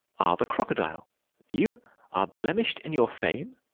are the crocodile you are blemish'd in your fame,